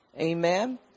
amen